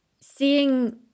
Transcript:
seeing